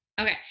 Okay